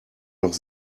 noch